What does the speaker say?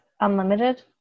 unlimited